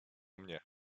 mnie